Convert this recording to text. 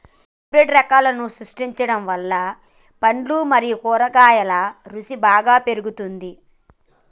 hybrid రకాలను సృష్టించడం వల్ల పండ్లు మరియు కూరగాయల రుసి బాగా పెరుగుతుంది